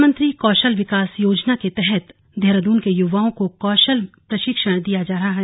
प्रधानमंत्री कौशल विकास योजना के तहत देहरादून के युवाओं को कौशल प्रशिक्षण दिया जा रहा है